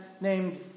named